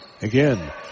Again